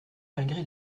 malgré